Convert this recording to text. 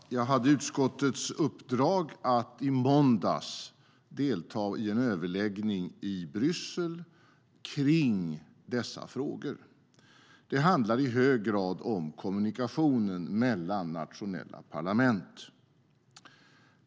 Herr talman! Jag hade utskottets uppdrag att i måndags delta i en överläggning i Bryssel kring dessa frågor. Det handlar i hög grad om kommunikationen mellan nationella parlament.